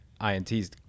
INTs